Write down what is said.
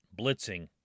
blitzing